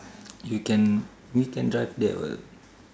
you can we can drive there [what]